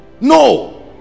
no